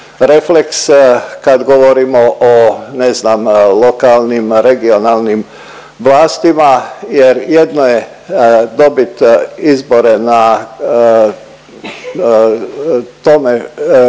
kad govorimo o ne znam lokalnim, regionalnim vlastima jer jedno je dobit izbore na tome